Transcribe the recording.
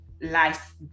life